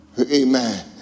Amen